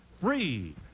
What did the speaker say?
free